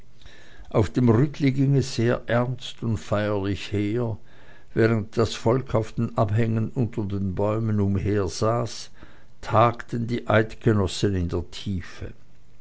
auf dem rütli ging es sehr ernst und feierlich her während das bunte volk auf den abhängen unter den bäumen umhersaß tagten die eidgenossen in der tiefe